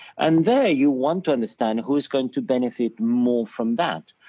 and there you want to understand, who's going to benefit more from that.